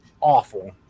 awful